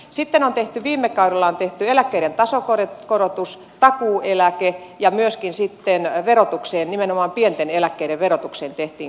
sitten on tehty viime kaudella eläkkeiden tasokorotus takuueläke ja myöskin sitten nimenomaan pienten eläkkeiden verotukseen korjausta